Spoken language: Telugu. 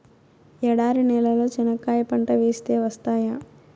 ఎడారి నేలలో చెనక్కాయ పంట వేస్తే వస్తాయా?